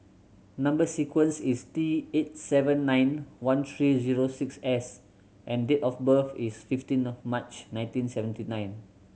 number sequence is T eight seven nine one three zero six S and date of birth is fifteen of March nineteen seventy nine